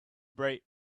brake